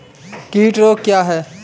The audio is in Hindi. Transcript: कीट रोग क्या है?